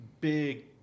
big